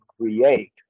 create